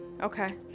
okay